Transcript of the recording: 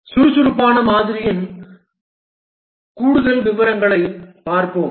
சுறுசுறுப்பான மாதிரியின் கூடுதல் விவரங்களைப் பார்ப்போம்